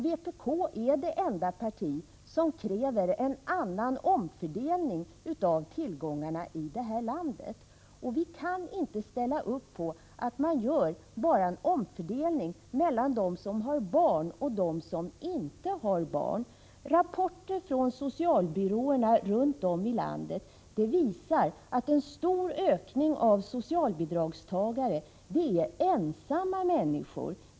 Vpk är det enda parti som kräver en annan omfördelning av tillgångarna i det här landet. Vi kan inte ställa upp på att man gör en omfördelning bara mellan dem som har barn och dem som inte har barn. Rapporter från socialbyråerna runt om i landet visar att ett stort antal nya socialbidragstagare är ensamma människor.